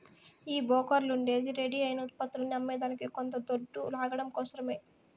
ఈ బోకర్లుండేదే రెడీ అయిన ఉత్పత్తులని అమ్మేదానికి కొంత దొడ్డు లాగడం కోసరమే